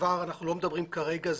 אנחנו לא מדברים כרגע,